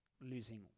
losing